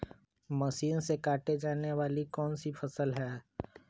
Machine से काटे जाने वाली कौन सी फसल है?